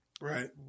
Right